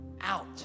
out